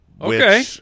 okay